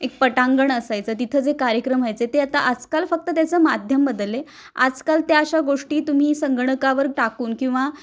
एक पटांगण असायचं तिथं जे कार्यक्रम व्हायचे ते आता आजकाल फक्त त्याचं माध्यम बदलले आजकाल त्या अशा गोष्टी तुम्ही संगणकावर टाकून किंवा